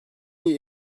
iyi